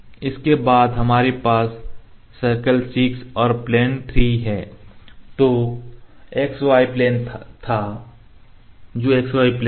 इसके बाद हमारे पास सर्कल 6 है प्लेन 3 है जो x y प्लेन था